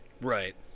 Right